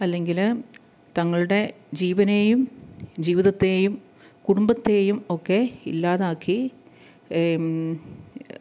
അല്ലെങ്കിൽ തങ്ങളുടെ ജീവനേയും ജീവിതത്തേയും കടുംബത്തേയും ഒക്കെ ഇല്ലാതാക്കി